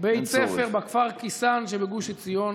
אוסאמה סעדי (הרשימה המשותפת):